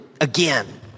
again